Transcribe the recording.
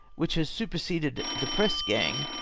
which has superseded the press gang,